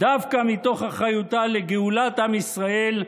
דווקא מתוך אחריותה לגאולת עם ישראל,